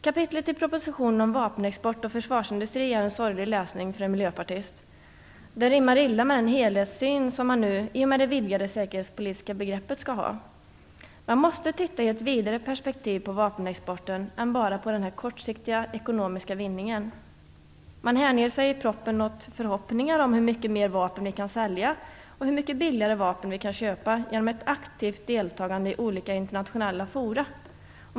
Kapitlet i propositionen om vapenexport och försvarsindustri är en sorglig läsning för en miljöpartist. Det rimmar illa med den helhetssyn som man nu, i och med det vidgade säkerhetspolitiska begreppet, skall ha. Man måste titta i ett vidare perspektiv på vapenexporten än bara på den kortsiktiga ekonomiska vinningen. Man hänger sig i propositionen åt förhoppningar om hur mycket mer vapen vi kan sälja och hur mycket billigare vapen vi kan köpa, genom "aktivt deltagande i olika internationella fora".